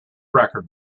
record